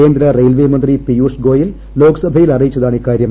കേന്ദ്ര റെയിൽമന്ത്രി പിയൂഷ് ഗോയൽ ലോക്സഭയിൽ അറിയിച്ചതാണിക്കാര്യം